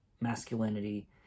masculinity